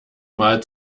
mal